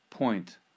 Point